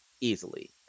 easily